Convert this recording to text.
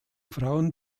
frauen